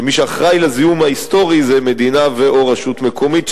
כשמי שאחראי לזיהום ההיסטורי זה המדינה ו/או רשות מקומית,